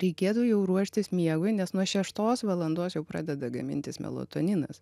reikėtų jau ruoštis miegui nes nuo šeštos valandos jau pradeda gamintis melatoninas